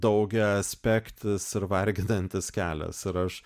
daugiaaspektis ir varginantis kelias ir aš